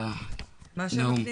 מה שם הפנימייה?